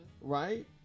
right